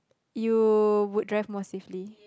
you would drive more safely